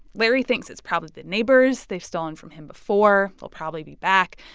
larry thinks it's probably the neighbors. they've stolen from him before. they'll probably be back.